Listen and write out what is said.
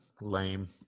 lame